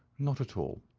not at all.